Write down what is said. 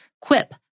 Quip